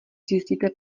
zjistíte